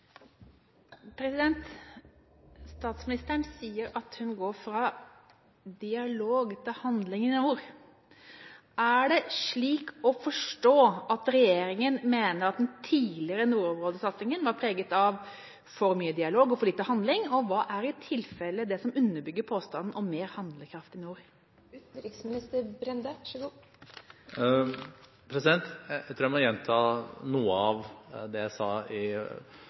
til statsministeren, er overført til utenriksministeren. «Statsministeren sier at hun «går fra dialog til handling i nord». Er det slik å forstå at statsministeren mener at den tidligere nordområdesatsinga var preget av dialog og lite handling, og hva er det i tilfelle som underbygger påstanden om mer handlekraft i nord?» Jeg tror jeg må gjenta noe av det jeg sa i